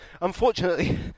unfortunately